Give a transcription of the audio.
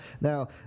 Now